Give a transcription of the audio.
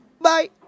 Bye